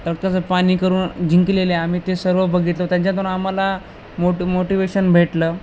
रक्ताचं पाणी करून जिंकलेले आम्ही ते सर्व बघितलं त्यांच्यातून आम्हाला मोट मोटिवेशन भेटलं